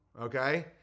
okay